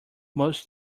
most